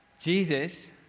Jesus